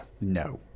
No